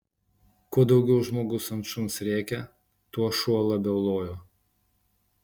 kuo daugiau žmogus ant šuns rėkė tuo šuo labiau lojo